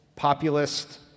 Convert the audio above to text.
populist